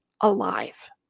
alive